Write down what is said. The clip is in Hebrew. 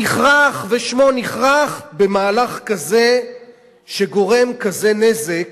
נכרך שמו במהלך כזה שגורם כזה נזק